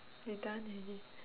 we're done already